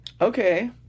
Okay